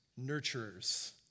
nurturers